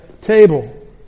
table